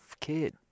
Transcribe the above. kid